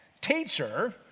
teacher